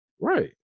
Right